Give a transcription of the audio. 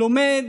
לומד,